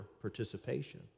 participation